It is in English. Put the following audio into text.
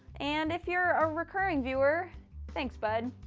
and if you're a recurring viewer thanks bud!